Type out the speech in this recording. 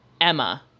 Emma